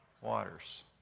Waters